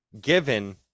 given